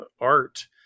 art